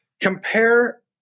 compare